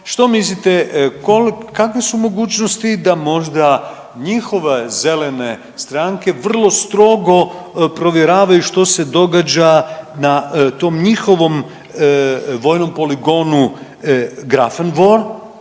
Što mislite kakve su mogućnosti da možda njihove zelene stranke vrlo strogo provjeravaju što se događa na tom njihovom vojnom poligonu Grafenvor?